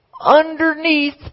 underneath